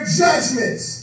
judgments